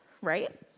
right